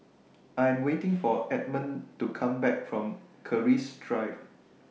I Am waiting For Edmon to Come Back from Keris Drive